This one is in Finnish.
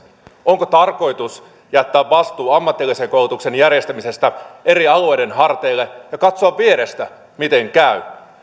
onko tarkoitus jättää vastuu ammatillisen koulutuksen järjestämisestä eri alueiden harteille ja katsoa vierestä miten käy